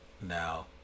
now